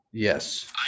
Yes